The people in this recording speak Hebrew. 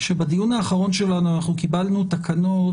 שבדיון האחרון שלנו אנחנו קיבלנו תקנות